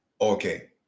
okay